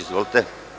Izvolite.